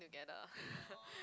together